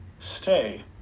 stay